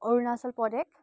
Arunachal Pradesh